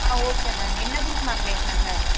ஆ okay ma'am என்ன group ma'am கேட்குறாங்க